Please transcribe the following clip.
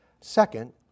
Second